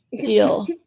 Deal